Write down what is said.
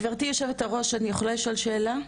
גבירתי יושבת הראש אני יכולה לשאול שאלה?